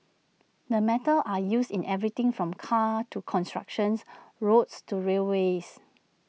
the metals are used in everything from cars to constructions roads to railways